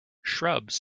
shrubs